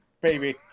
baby